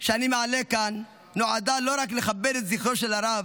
שאני מעלה כאן נועדה לא רק לכבד את זכרו של הרב,